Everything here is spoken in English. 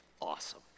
awesome